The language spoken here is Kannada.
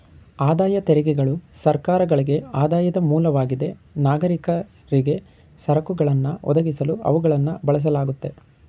ಆದಾಯ ತೆರಿಗೆಗಳು ಸರ್ಕಾರಗಳ್ಗೆ ಆದಾಯದ ಮೂಲವಾಗಿದೆ ನಾಗರಿಕರಿಗೆ ಸರಕುಗಳನ್ನ ಒದಗಿಸಲು ಅವುಗಳನ್ನ ಬಳಸಲಾಗುತ್ತೆ